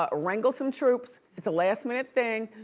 ah wrangle some troops, it's a last-minute thing.